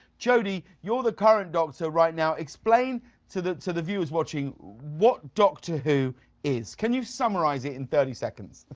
jodie, you are the current doctor right now. explain to the to the viewers watching what doctor who is, can you summarize it in thirty seconds.